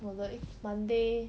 我的一 monday